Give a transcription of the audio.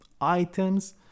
items